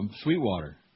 Sweetwater